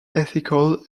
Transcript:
ethical